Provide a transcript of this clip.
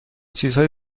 چیزهای